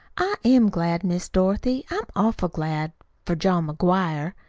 i am glad miss dorothy. i'm awful glad for john mcguire.